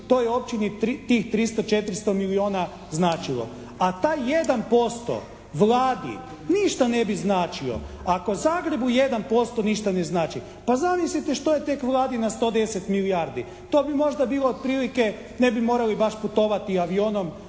toj općini tih 300, 400 milijuna značilo. A taj 1% Vladi ništa ne bi značio. Ako Zagrebu taj 1% ništa ne znači pa zamislite što je tek Vladi na 110 milijardi. To bi možda bilo otprilike, ne bi morali baš putovati avionom